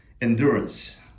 endurance